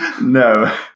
No